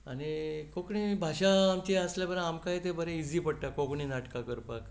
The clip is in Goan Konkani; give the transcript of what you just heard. कोंकणी भाशा आमची आसा तर आमकांय तें इझी पडटा कोंकणी नाटकां करपाक